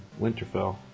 Winterfell